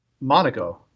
Monaco